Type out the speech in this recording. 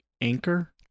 Anchor